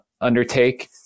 undertake